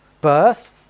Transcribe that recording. Birth